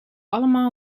allemaal